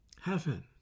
heaven